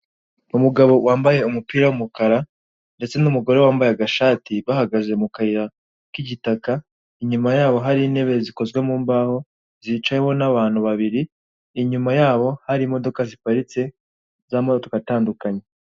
Umugabo wambaye umupira w'umukara ndetse' numugore wambaye agashati bahagaze mu kayira k'igitaka inyuma yabo hari intebe zikozwe mu mbaho zicayeho n'abantu babiri inyuma yabo hari imodoka ziparitse z'amoko atandukanye.